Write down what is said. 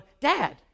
Dad